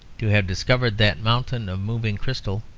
to have discovered that mountain of moving crystal,